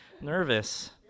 nervous